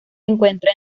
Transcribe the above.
encuentra